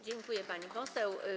Dziękuję, pani poseł.